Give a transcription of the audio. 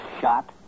shot